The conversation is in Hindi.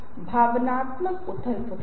बस बुलेट पॉइंट और चित्र होने चाहिए